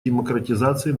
демократизации